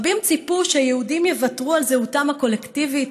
רבים ציפו שהיהודים יוותרו על זהותם הקולקטיבית